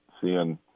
seeing